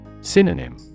Synonym